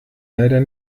leider